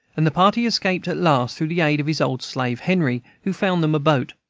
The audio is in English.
and the party escaped at last through the aid of his old slave, henry, who found them a boat